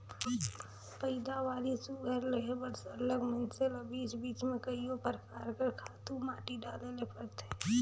पएदावारी सुग्घर लेहे बर सरलग मइनसे ल बीच बीच में कइयो परकार कर खातू माटी डाले ले परथे